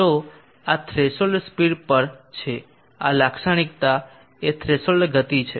તો આ threshold speed પર છે આ લાક્ષણિકતા એ થ્રેશોલ્ડ ગતિ છે